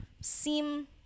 seem